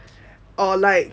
or like